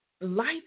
life